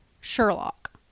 Sherlock